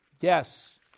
yes